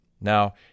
Now